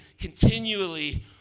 continually